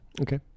Okay